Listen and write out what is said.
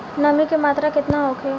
नमी के मात्रा केतना होखे?